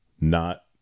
Not-